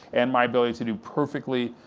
and my ability to do perfectly,